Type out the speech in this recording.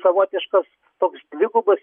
savotiškas toks dvigubas